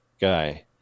guy